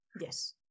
yes